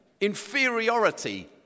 inferiority